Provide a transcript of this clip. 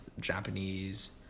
Japanese